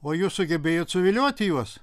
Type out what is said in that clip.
o jūs sugebėjot suvilioti juos